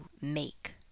make